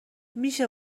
میشه